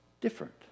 different